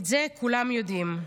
את זה כולם יודעים,